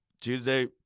Tuesday